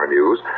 News